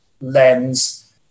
lens